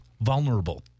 vulnerable